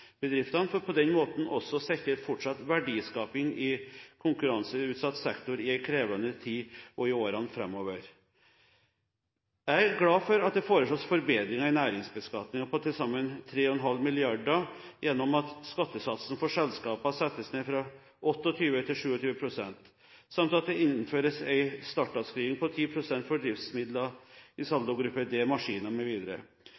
på den måten også å sikre fortsatt verdiskaping i konkurranseutsatt sektor i en krevende tid og i årene framover. Jeg er glad for at det foreslås forbedringer i næringsbeskatningen på til sammen 3,5 mrd. kr gjennom at skattesatsen for selskaper settes ned fra 28 pst. til 27 pst., samt at det innføres en startavskrivning på 10 pst. for driftsmidler i